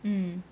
um